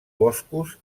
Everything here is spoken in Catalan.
boscos